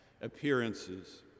appearances